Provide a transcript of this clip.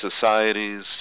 societies